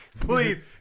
Please